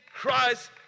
Christ